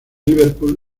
liverpool